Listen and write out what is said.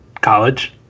college